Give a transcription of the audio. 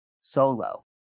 solo